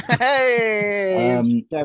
Hey